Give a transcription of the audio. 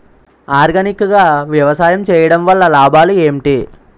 Organic గా వ్యవసాయం చేయడం వల్ల లాభాలు ఏంటి?